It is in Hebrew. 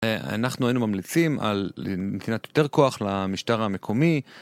אנחנו היינו ממליצים על נתינת יותר כוח למשטר המקומי.